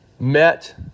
Met